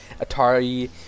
Atari